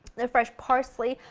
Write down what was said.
the fresh parsley,